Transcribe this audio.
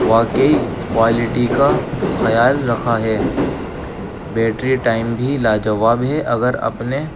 واقعی کوالٹی کا خیال رکھا ہے بیٹری ٹائم بھی لاجواب ہے اگر اپنے